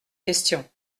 question